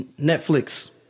Netflix